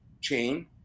chain